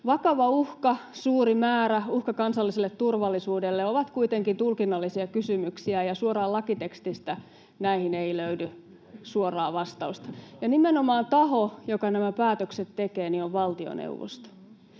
”Vakava uhka”, ”suuri määrä” ja ”uhka kansalliselle turvallisuudelle” ovat kuitenkin tulkinnallisia kysymyksiä, ja suoraan lakitekstistä näihin ei löydy suoraa vastausta, ja nimenomaan taho, joka nämä päätökset tekee, on valtioneuvosto.